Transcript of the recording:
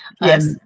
Yes